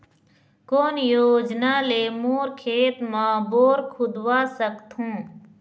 कोन योजना ले मोर खेत मा बोर खुदवा सकथों?